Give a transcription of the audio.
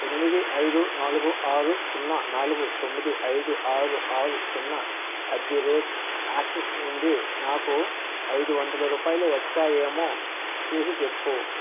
ఎనిమిది ఐదు నాలుగు ఆరు సున్నా నాలుగు తొమ్మిది ఐదు ఆరు ఆరు సున్నా అట్ ది రేట్ యాక్సిస్ నుండి నాకు ఐదు వందల రూపాయలు వచ్చాయేమో చూసిచెప్పు